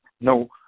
no